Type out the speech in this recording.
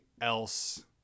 else